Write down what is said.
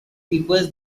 people